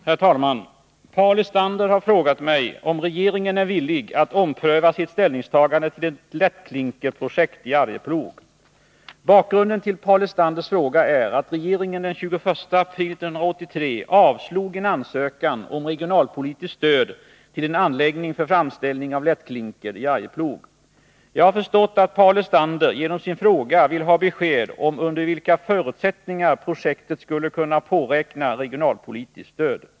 Herr talman! Paul Lestander har frågat mig om regeringen är villig att ompröva sitt ställningstagande till ett lättklinkerprojekt i Arjeplog. Bakgrunden till Paul Lestanders fråga är att regeringen den 21 april 1983 avslog en ansökan om regionalpolitiskt stöd till en anläggning för framställning av lättklinker i Arjeplog. Jag har förstått att Paul Lestander genom sin fråga vill ha besked om under vilka förutsättningar projektet skulle kunna påräkna regionalpolitiskt stöd.